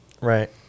right